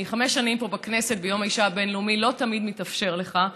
אני חמש שנים פה בכנסת וביום האישה הבין-לאומי לא תמיד מתאפשר לך.